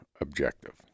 objective